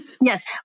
Yes